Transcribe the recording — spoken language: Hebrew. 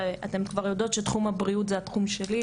ואתן כבר יודעות שתחום הבריאות זה התחום שלי.